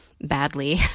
badly